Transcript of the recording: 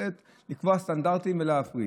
לקבוע סטנדרטים ולהפריט.